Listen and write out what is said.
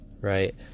Right